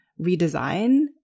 redesign